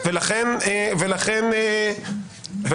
ולכן היא עשתה איזושהי מעטפת של סיוע גם